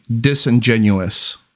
disingenuous